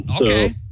Okay